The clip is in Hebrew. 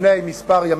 לפני ימים מספר,